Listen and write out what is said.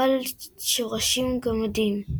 בעל שורשים גמדיים.